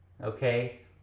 okay